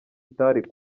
itari